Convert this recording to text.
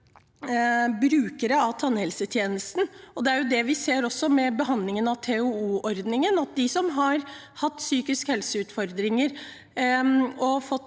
brukere av tannhelsetjenesten. Det er også det vi ser ved behandlingen av TOO-ordningen, at det for dem som har hatt psykiske helseutfordringer og fått